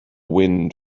wind